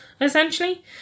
essentially